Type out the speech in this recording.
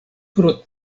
pro